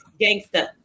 gangsta